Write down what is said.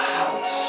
out